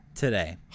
today